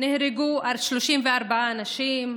נהרגו 34 אנשים,